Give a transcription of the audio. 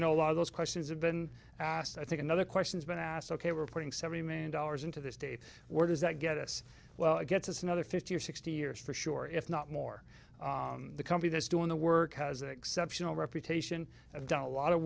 know a lot of those questions have been asked i think another question's been asked ok we're putting seventy million dollars into this date where does that get us well it gets us another fifty or sixty years for sure if not more the company that's doing the work has an exceptional reputation i've done a lot of